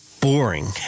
boring